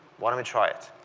why don't we try it.